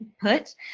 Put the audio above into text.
put